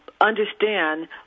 Understand